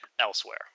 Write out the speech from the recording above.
elsewhere